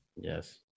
Yes